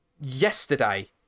yesterday